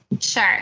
Sure